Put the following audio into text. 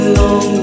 long